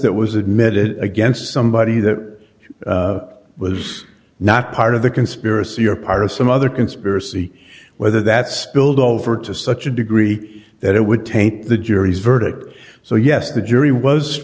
that was admitted against somebody that was not part of the conspiracy or part of some other conspiracy whether that's build over to such a degree that it would taint the jury's verdict so yes the jury was